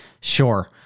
Sure